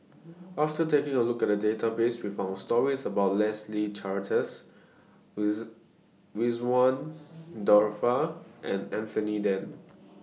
after taking A Look At The Database We found stories about Leslie Charteris Ridzwan Dzafir and Anthony Then